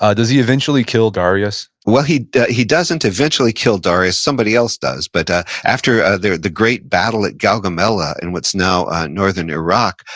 ah does he eventually kill darius? well, he he doesn't eventually kill darius, somebody else does. but ah after ah the the great battle at gaugamela, in what's now ah northern iraq,